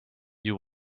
you